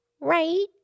Right